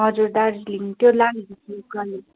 हजुर दार्जिलिङ त्यो गर्ने